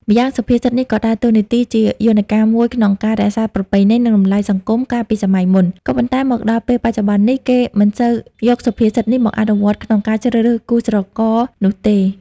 ម្យ៉ាងសុភាសិតនេះក៏ដើរតួនាទីជាយន្តការមួយក្នុងការរក្សាប្រពៃណី និងតម្លៃសង្គមកាលពីសម័យមុន ក៏ប៉ុន្តែមកដល់ពេលបច្ចុប្បន្ននេះគេមិនសូវយកសុភាសិតនេះមកអនុវត្តក្នុងការជ្រើសរើសគូស្រករនោះទេ។